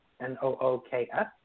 N-O-O-K-S